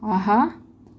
ஆஹா